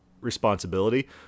responsibility